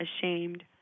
ashamed